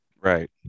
Right